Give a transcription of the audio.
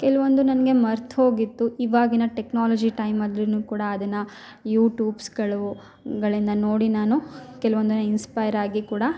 ಕೆಲವೊಂದು ನನಗೆ ಮರ್ತು ಹೋಗಿತ್ತು ಇವಾಗಿನ ಟೆಕ್ನಾಲಜಿ ಟೈಮಲ್ಲಿನು ಕೂಡ ಅದನ್ನ ಯೂಟೂಬ್ಸ್ಗಳು ಗಳಿಂದ ನೋಡಿ ನಾನು ಕೆಲವೊಂದನ್ನ ಇನ್ಸ್ಪೈರ್ ಆಗಿ ಕೂಡ